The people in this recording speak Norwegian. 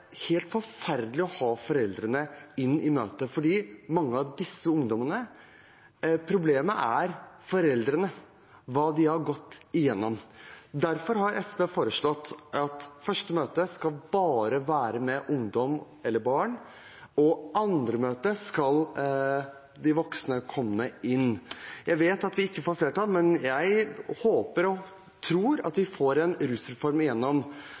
helt forferdelig å ha foreldrene med på møtet. For mange av disse ungdommene er problemet foreldrene og hva de har gått gjennom hos dem. Derfor har SV foreslått at første møte skal være med bare ungdommen eller barnet, og at de voksne skal komme inn til andre møte. Jeg vet at vi ikke får flertall, men jeg håper og tror at vi får gjennom en rusreform.